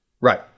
right